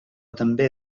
també